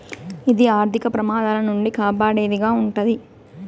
ఇది ఆర్థిక ప్రమాదాల నుండి కాపాడేది గా ఉంటది